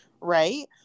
right